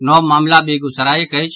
नव मामिला बेगूसरायक अछि